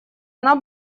она